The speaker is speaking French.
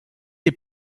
les